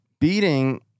beating